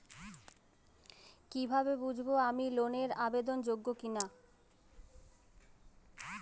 কীভাবে বুঝব আমি লোন এর আবেদন যোগ্য কিনা?